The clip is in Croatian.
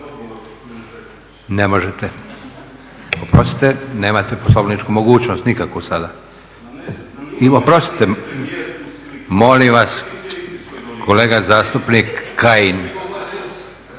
Ne možete. Nemate poslovničku mogućnost nikako sada. Oprostite, molim vas kolega zastupnik Kajin…